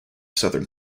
southern